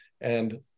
And-